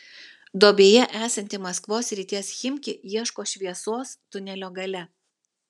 duobėje esanti maskvos srities chimki ieško šviesos tunelio gale